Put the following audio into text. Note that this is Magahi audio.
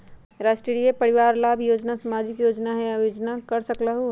राष्ट्रीय परिवार लाभ योजना सामाजिक योजना है आवेदन कर सकलहु?